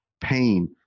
pain